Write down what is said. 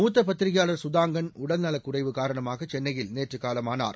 மூத்த பத்திரிகையாளர் சுதாங்கன் உடல்நலக் குறைவு காரணமாக சென்னையில் நேற்று காலமானார்